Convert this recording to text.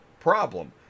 problem